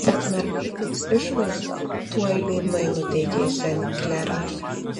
bet mergaitės išvaizda tuoj liūdnai nuteikė sen klerą